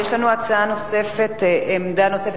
יש לנו הצעה נוספת, עמדה נוספת.